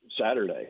Saturday